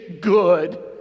good